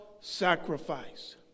sacrifice